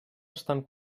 estan